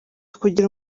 kugira